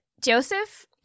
Joseph